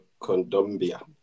Condombia